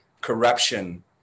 corruption